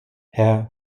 herr